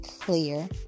clear